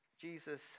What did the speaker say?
Jesus